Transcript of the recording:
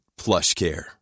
PlushCare